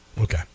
okay